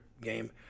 game